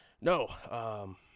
No